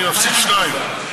אני מפסיד שניים.